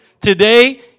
Today